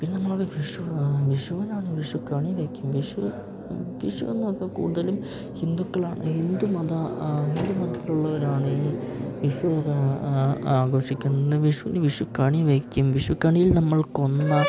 പിന്നെ നമ്മളത് വിഷു ആ വിഷുവിനാണ് വിഷുക്കണി വെയ്ക്കും വിഷു വിഷു എന്നൊക്കെ കൂടുതലും ഹിന്ദുക്കളാണ് ഹിന്ദുമത ഹിന്ദുമതത്തിലുള്ളവരാണ് ഈ വിഷു ആഘോഷിക്കുന്നത് വിഷുവിന് വിഷുക്കണി വെയ്ക്കും വിഷുക്കണിയിൽ നമ്മൾ കൊന്ന